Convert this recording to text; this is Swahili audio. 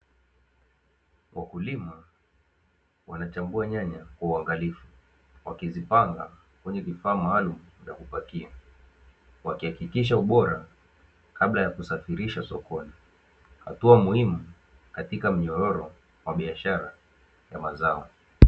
Wakulima wanachagua nyanya kwa uangalifu, wakizipanga kwenye vifaa maalumu vya kupakia, wakihakikisha ubora kabla ya kusafirisha sokoni; hatua muhimu katika mnyororo wa biashara ya mazao.